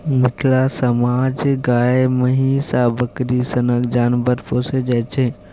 मिथिला समाज मे गाए, महीष आ बकरी सनक जानबर पोसल जाइ छै